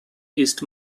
east